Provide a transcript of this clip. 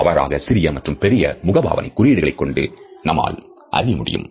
இவ்வாறாக சிறிய மற்றும் பெரிய முகபாவனை குறியீடுகள் கொண்டு அறிய வேண்டும்